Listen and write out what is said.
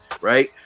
right